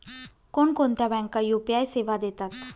कोणकोणत्या बँका यू.पी.आय सेवा देतात?